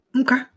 Okay